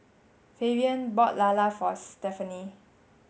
Fabian bought Lala for Stephany